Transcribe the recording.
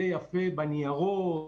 זה יפה בניירת,